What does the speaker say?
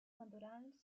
natural